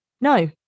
No